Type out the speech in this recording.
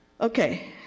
Okay